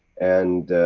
and,